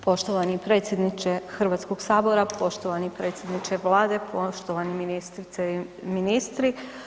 Poštovani predsjedniče Hrvatskog sabora, poštovani predsjedniče Vlade, poštovane ministrice i ministri.